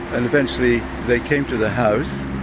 and eventually they came to the house,